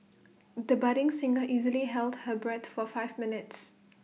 the budding singer easily held her breath for five minutes